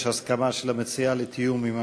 יש הסכמה של המציעה לתיאום עם הממשלה.